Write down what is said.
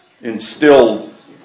instilled